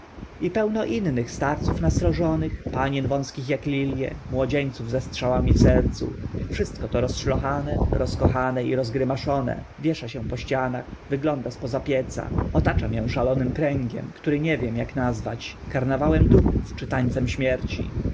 i pełno innych starców nasrożonych panien wąskich ak lilie młodzieńców ze strzałami w sercu wszystko to rozszlochane rozkochane i rozgrymaszone wiesza się po ścianach wygląda spoza pieca otacza mię szalonym kręgiem który nie wiem ak nazwać karnawałem duchów czy tańcem śmierci